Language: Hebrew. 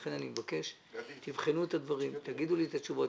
לכן אני מבקש שתבחנו את הדברים ותאמרו לי את התשובות.